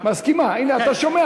תסכים לכך, תסכים,